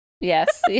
Yes